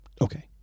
Okay